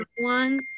one